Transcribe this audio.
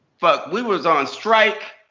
fuck, we was on strike.